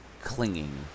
clinging